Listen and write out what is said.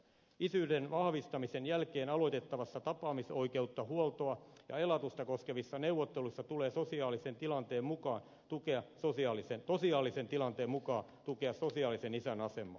isyyden vahvistamisen jälkeen aloitettavissa tapaamisoikeutta huoltoa ja elatusta koskevissa neuvotteluissa tulee sosiaalisen tilanteen mukaan tukea valtiollisen tosiasiallisen tilanteen mukaan tukea sosiaalisen isän asemaa